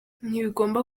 ntibigomba